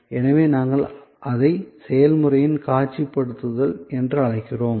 எனவே நாங்கள் அதை செயல்முறையின் காட்சிப்படுத்தல் என்று அழைக்கிறோம்